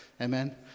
Amen